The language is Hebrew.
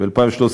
ב-2013,